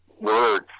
words